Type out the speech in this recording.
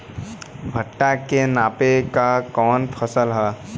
भूट्टा के मापे ला कवन फसल ह?